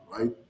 right